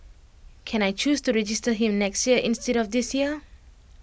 can I choose to register him next year instead of this year